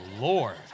Lord